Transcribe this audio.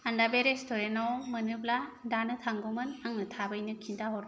आं दा बे रेस्टुरेन्ताव मोनोब्ला दानो थांगौमोन आंनो थाबैनो खिन्थाहर